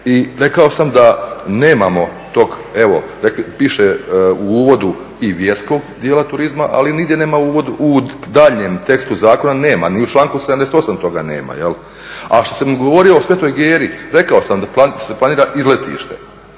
I rekao sam da nemamo tog evo piše u uvodu i vjerskog dijela turizma, ali nigdje nema uvod u daljnjem tekstu zakona nema. Ni u članku 78. toga nema. A što sam govorio o Svetoj Geri, rekao sam da se planira izletište.